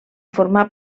formar